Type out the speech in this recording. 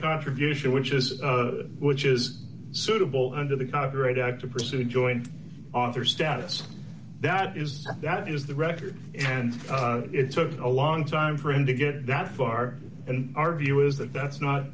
contribution which is the which is suitable under the copyright act to pursue joint author status that is that is the record and it took a long time for him to get that far and our view is that that's not